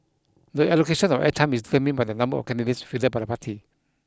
the allocation of air time is determined by the number of candidates fielded by the party